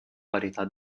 varietà